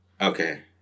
Okay